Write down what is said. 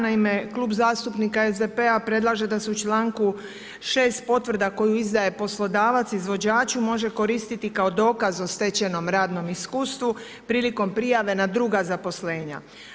Naime, Klub zastupnika SDP-a predlaže da se u članku 6. potvrda koju izdaje poslodavac izvođaču može koristiti kao dokaz o stečenom radnom iskustvu prilikom prijave na druga zaposlenja.